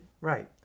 Right